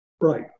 Right